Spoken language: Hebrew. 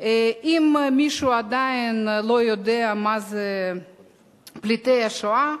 אם מישהו עדיין לא יודע מה זה פליטי שואה,